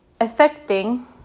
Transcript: affecting